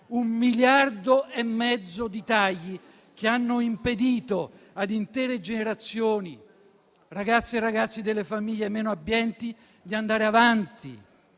un miliardo e mezzo di tagli, che hanno impedito ad intere generazioni, ragazze e ragazzi delle famiglie meno abbienti, di andare avanti,